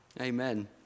Amen